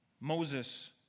Moses